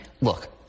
look